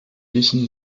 wissen